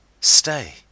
Stay